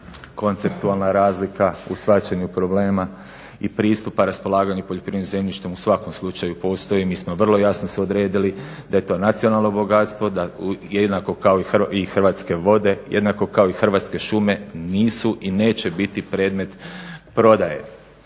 konceptualna razlika u shvaćanju problema i pristupa raspolaganju poljoprivrednim zemljištem u svakom slučaju postoji. Mi smo vrlo jasno se odredili da je to nacionalno bogatstvo. Jednako kao i hrvatske vode, jednako kao i hrvatske šume nisu i neće biti predmet prodaje.